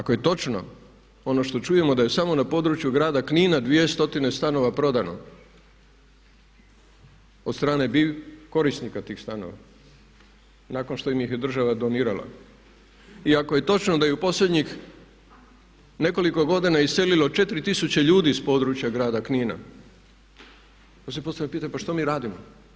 Ako je točno ono što čujemo da je samo na području grada Knina 2 stotine stanova prodano od strane korisnika tih stanova nakon što im ih je država donirala i ako je točno da je u posljednjih nekoliko godina uselilo 4 tisuće ljudi iz područja grada Knina, onda se postavlja pitanje pa što mi radimo?